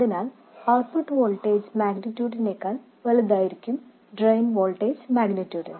അതിനാൽ output voltage മാഗ്നിറ്റ്യൂഡിനേക്കാൾ വലുതായിരിക്കും ഡ്രെയിൻ വോൾട്ടേജ് മാഗ്നിറ്റ്യൂഡ്